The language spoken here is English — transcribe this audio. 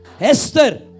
Esther